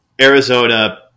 Arizona